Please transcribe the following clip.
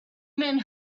men